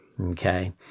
Okay